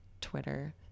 Twitter